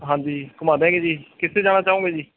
ਹਾਂਜੀ ਘੁਮਾ ਦਿਆਂਗੇ ਜੀ ਕਿੱਥੇ ਜਾਣਾ ਚਾਹੋਗੇ ਜੀ